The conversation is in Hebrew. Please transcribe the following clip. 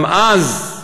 גם אז,